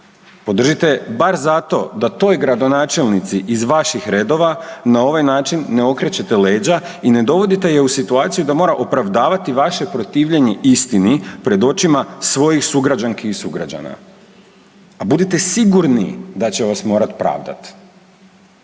Podržite je bar zato da toj gradonačelnici iz vaših redova na ovaj način ne okrećete leđa i ne dovodite je u situaciju da mora opravdavati vaše protivljenje istini pred očima svojih sugrađanki i sugrađana. A budite sigurni da će vas morati pravdat.